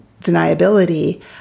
deniability